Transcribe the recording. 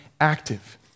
active